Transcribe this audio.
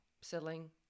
selling